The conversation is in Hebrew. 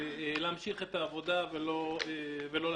להמשיך את העבודה ולא לעצור.